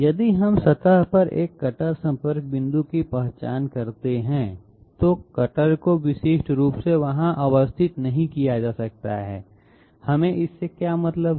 यदि हम सतह पर एक कटर संपर्क बिंदु की पहचान करते हैं तो कटर को विशिष्ट रूप से वहां अवस्थित नहीं किया जा सकता है हमें इससे क्या मतलब है